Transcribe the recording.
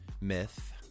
myth